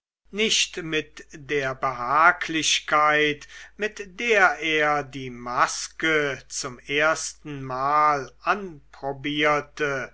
nicht mit der behaglichkeit mit der er die maske zum erstenmal anprobierte